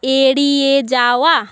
এড়িয়ে যাওয়া